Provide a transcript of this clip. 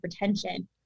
hypertension